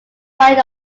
point